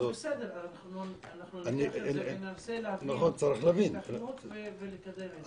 בסדר, אנחנו ננסה להבין את ההיתכנות ולקדם את זה.